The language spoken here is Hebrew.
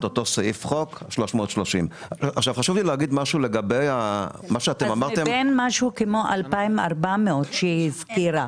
אותו סעיף חוק 330. אז מבין משהו כמו 2,400 שהיא הזכירה,